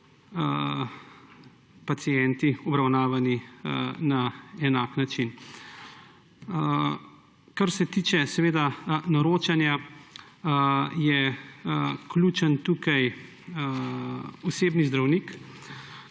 pacienti obravnavani na enak način. Kar se tiče naročanja, je ključen tukaj osebni zdravnik,